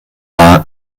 war